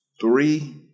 three